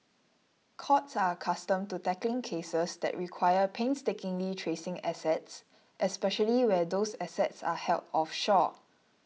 courts are accustomed to tackling cases that require painstakingly tracing assets especially where those assets are held offshore